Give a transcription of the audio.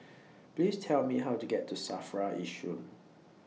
Please Tell Me How to get to SAFRA Yishun